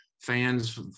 fans